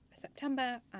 September